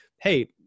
hey